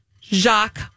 Jacques